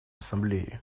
ассамблеи